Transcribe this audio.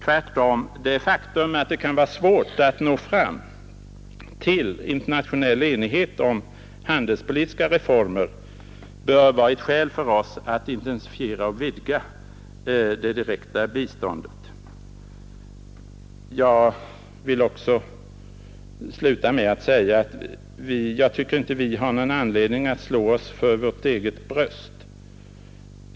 Tvärtom, det faktum att det kan vara svårt att nå fram till internationell enighet om handelspolitiska reformer bör vara ett skäl för oss att intensifiera och vidga det direkta biståndet. Jag vill sluta med att säga att jag tycker inte att vi har någon anledning att slå oss för vårt bröst.